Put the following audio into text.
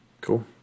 Cool